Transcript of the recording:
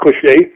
cliche